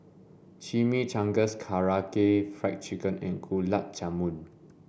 Chimichangas Karaage Fried Chicken and Gulab Jamun